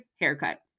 haircut